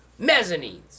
Mezzanines